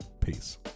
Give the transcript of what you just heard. Peace